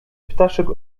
ptaszek